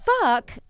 fuck